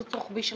קיצוץ רוחבי של